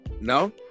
No